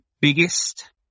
biggest